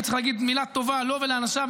וצריך להגיד מילה טובה לו ולאנשיו,